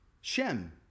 Shem